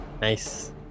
Nice